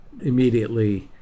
immediately